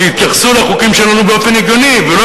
שיתייחסו לחוקים שלנו באופן הגיוני ולא